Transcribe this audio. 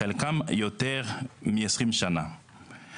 חלקם יותר מ-20 שנה.